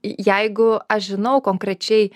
jeigu aš žinau konkrečiai